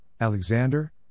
Alexander